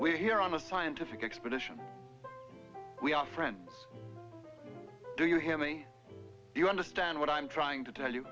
we're here on a scientific expedition we are friends do you hear me do you understand what i'm trying to tell you